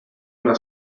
una